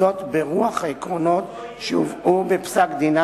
וזאת ברוח העקרונות שהובאו בפסק-דינה